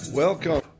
Welcome